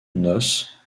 noces